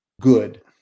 good